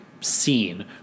scene